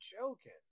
joking